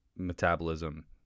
metabolism